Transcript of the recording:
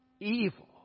evil